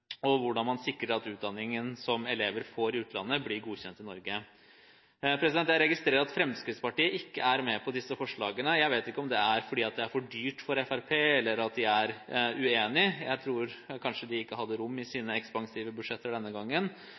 i utlandet, blir godkjent i Norge. Jeg registrerer at Fremskrittspartiet ikke er med på disse forslagene. Jeg vet ikke om det er fordi det er for dyrt for Fremskrittspartiet, eller fordi de er uenige. Jeg tror kanskje de ikke hadde rom i sine ekspansive budsjetter denne gangen.